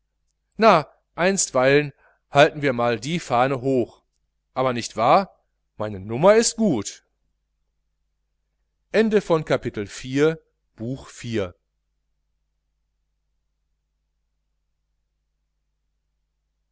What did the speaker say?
na einstweilen halten wir mal die fahne hoch aber nicht wahr meine nummer is gut